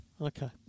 Okay